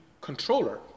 controller